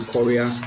Korea